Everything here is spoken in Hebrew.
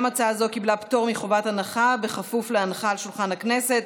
גם הצעה זו קיבלה פטור מחובת הנחה בכפוף להנחה על שולחן הכנסת.